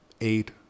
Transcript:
eight